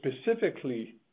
specifically